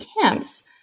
camps